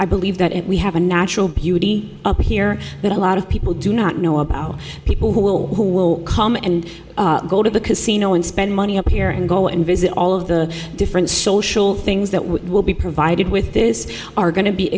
i believe that if we have a natural beauty up here that a lot of people do not know about people who will who will come and go to the casino and spend money up here and go and visit all of the different social things that will be provided with this are going to be